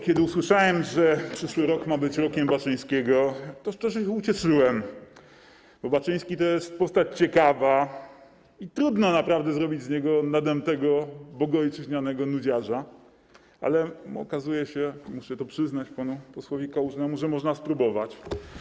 Kiedy usłyszałem, że przyszły rok ma być rokiem Baczyńskiego, to strasznie się ucieszyłem, bo Baczyński to jest postać ciekawa i trudno naprawdę zrobić z niego nadętego, bogoojczyźnianego nudziarza, ale okazuje się - muszę to przyznać panu posłowi Kałużnemu - że można spróbować.